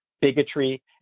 bigotry